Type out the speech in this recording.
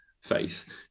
faith